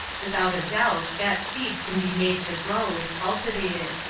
without a doubt that seed can be made to grow, if cultivated.